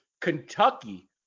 Kentucky –